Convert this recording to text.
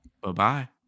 Bye-bye